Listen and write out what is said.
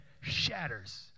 Shatters